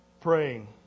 praying